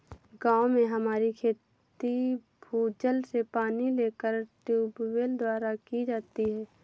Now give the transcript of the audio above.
गांव में हमारी खेती भूजल से पानी लेकर ट्यूबवेल द्वारा की जाती है